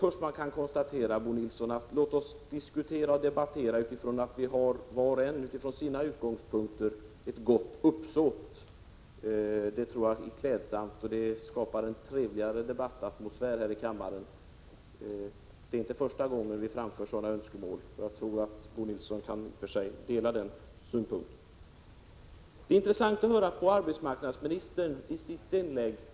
Först skulle jag, Bo Nilsson, vilja säga: Låt oss diskutera och debattera med förutsättningen att var och en, från sina utgångspunkter, har ett gott uppsåt. Det är klädsamt och skapar en trevligare debattatmosfär här i kammaren. Det är ju inte första gången vi framför sådana önskemål. I och för sig tror jag att Bo Nilsson delar vår synpunkt. Det var intressant att höra arbetsmarknadsministerns inlägg.